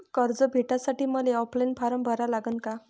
कर्ज भेटासाठी मले ऑफलाईन फारम भरा लागन का?